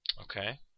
Okay